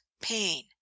pain